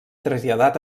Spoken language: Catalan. traslladat